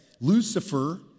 Lucifer